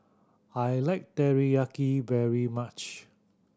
I like Teriyaki very much